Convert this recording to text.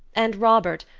and robert,